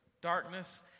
darkness